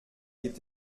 gibt